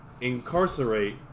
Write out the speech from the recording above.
incarcerate